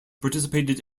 participated